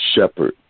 shepherd